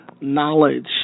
knowledge